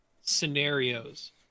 scenarios